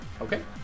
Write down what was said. Okay